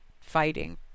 fighting